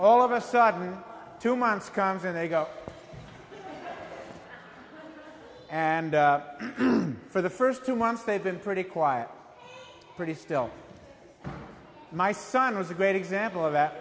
all of a sudden two months comes and they go and for the first two months they've been pretty quiet pretty still my son was a great example of that